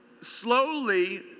slowly